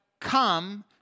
come